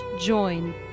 join